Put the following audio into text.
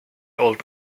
old